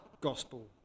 gospel